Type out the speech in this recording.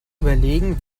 überlegen